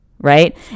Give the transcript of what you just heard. right